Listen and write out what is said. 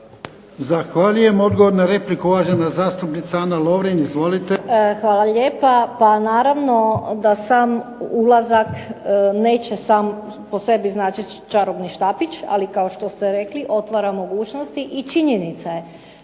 Zahvaljujem. Odgovor na repliku, uvažena zastupnica Ana Lovrin. Izvolite. **Lovrin, Ana (HDZ)** Hvala lijepa. Pa naravno da sam ulazak neće sam po sebi značiti čarobni štapić, ali kao što ste rekli otvara mogućnosti i činjenica je